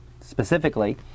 specifically